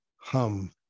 hum